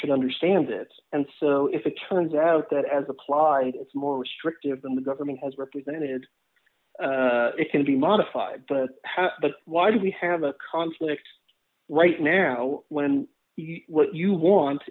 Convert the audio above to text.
should understand it and so if it turns out that as applied it's more restrictive than the government has represented it can be modified but why do we have a conflict right now when what you want